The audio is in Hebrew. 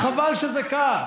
חבל שזה כך.